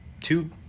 two